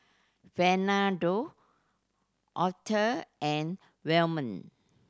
Fernando Author and Wyman